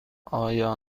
آیا